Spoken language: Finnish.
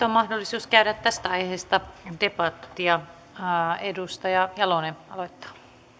on mahdollisuus käydä tästä aiheesta debattia edustaja jalonen aloittaa arvoisa